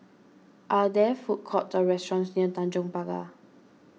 are there food courts or restaurants near Tanjong Pagar